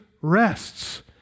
rests